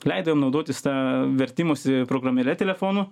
leido jam naudotis ta vertimosi programėle telefonu